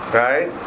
right